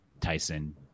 Tyson